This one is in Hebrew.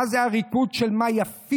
מה זה הריקוד של "מה יפית"